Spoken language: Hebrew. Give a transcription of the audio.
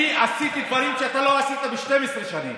אני עשיתי דברים שאתה לא עשית ב-12 שנים.